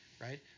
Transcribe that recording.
right